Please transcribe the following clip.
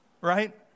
right